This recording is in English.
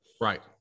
right